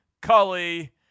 Cully